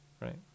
Right